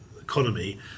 economy